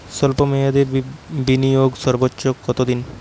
স্বল্প মেয়াদি বিনিয়োগ সর্বোচ্চ কত দিন?